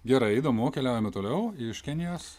gerai įdomu keliaujame toliau iš kenijos